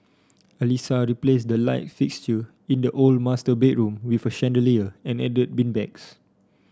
Alissa replaced the light fixture in the old master bedroom with a chandelier and added beanbags